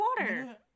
water